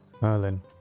Merlin